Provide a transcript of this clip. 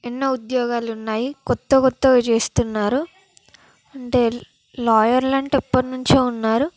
ఎన్నో ఉద్యోగాలు ఉన్నాయి క్రొత్త క్రొత్తవి చేస్తున్నారు అంటే లాయర్లు అంటే ఎప్పటి నుంచో ఉన్నారు